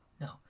No